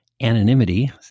anonymity